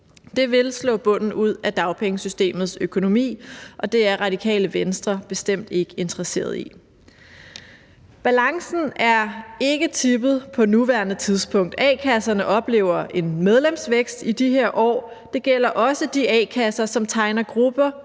Det vil slå bunden ud af dagpengesystemets økonomi, og det er Radikale Venstre bestemt ikke interesseret i. Balancen er ikke tippet på nuværende tidspunkt. A-kasserne oplever en medlemsvækst i de her år – det gælder også de a-kasser, som tegner grupper